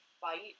fight